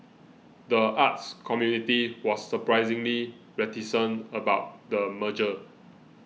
the arts community was surprisingly reticent about the merger